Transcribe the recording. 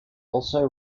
also